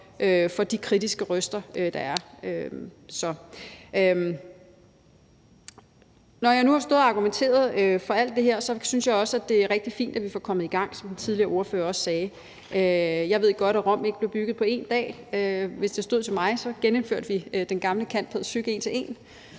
for de kritiske røster, der er. Når jeg nu har stået og argumenteret for alt det her, synes jeg også, det er rigtig fint, at vi kommer i gang, som den tidligere ordfører også sagde. Jeg ved godt, at Rom ikke blev bygget på én dag, men hvis det stod til mig, genindførte vi den gamle cand.pæd.psych.